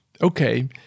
Okay